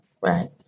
right